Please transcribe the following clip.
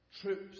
troops